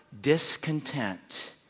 discontent